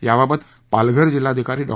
याबाबत पालघर जिल्हाधिकारी डॉ